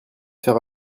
faire